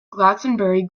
glastonbury